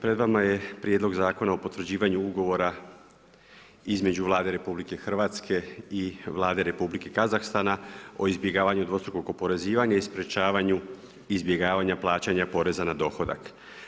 Pred vama je Prijedlog zakona o potvrđivanju Ugovora između Vlade RH i Vlade Republike Kazahstana o izbjegavanju dvostrukog oporezivanja i sprječavanju izbjegavanja plaćanja poreza na dohodak.